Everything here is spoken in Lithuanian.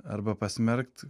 arba pasmerkt